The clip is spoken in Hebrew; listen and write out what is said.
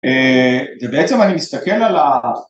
בעצם אני מסתכל על